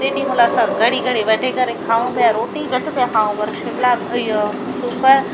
तेॾीमहिल असां घड़ी घड़ी वठी करे खाऊं पिया रोटी घटि पिया खाऊं पर शिमला इहो सूफ